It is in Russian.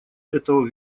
этого